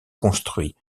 construit